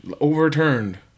overturned